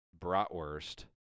Bratwurst